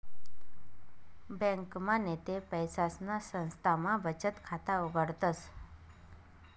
ब्यांकमा नैते पैसासना संस्थामा बचत खाता उघाडतस